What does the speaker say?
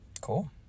Cool